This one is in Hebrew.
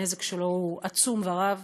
הנזק שלו הוא עצום ורב,